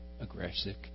aggressive